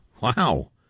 wow